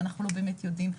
ואנחנו לא באמת יודעים,